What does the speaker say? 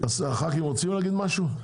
הח"כים רוצים לומר משהו?